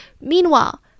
Meanwhile